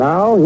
Now